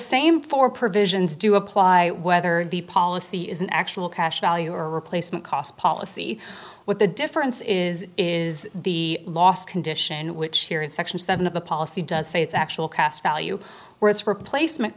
same four provisions do apply whether the policy is an actual cash value or replacement cost policy what the difference is is the last condition which here in section seven of the policy does say its actual cast value or its replacement